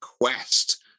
quest